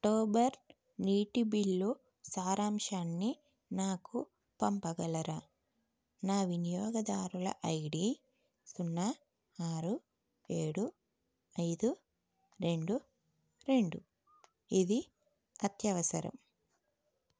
October నీటి bill సారాంశాన్ని నాకు పంపగలరా నా వినియోగదారుల ఐడి సున్నా ఆరు ఏడు ఐదు రెండు రెండు ఇది అత్యవసరం